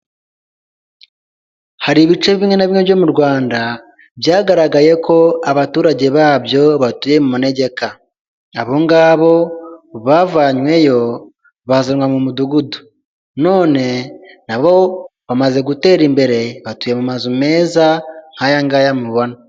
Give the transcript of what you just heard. Hari ibice bimwe na bimwe byo mu Rwanda, byagaragaye ko abaturage babyo batuye mu manegeka. Abo ngabo bavanyweyo bazanwa mu mudugudu. None nabo bamaze gutera imbere, batuye mu mazu meza, nkaya ngaya mubona.